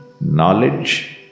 Knowledge